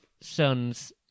sons